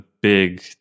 big